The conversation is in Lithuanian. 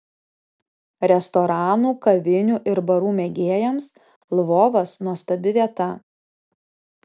restoranų kavinių ir barų mėgėjams lvovas nuostabi vieta